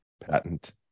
patent